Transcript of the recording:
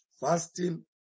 Fasting